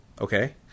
Okay